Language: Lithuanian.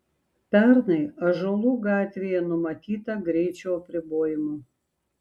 pernai ąžuolų gatvėje numatyta greičio apribojimų